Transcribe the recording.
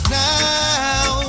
now